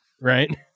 right